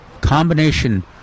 combination